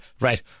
Right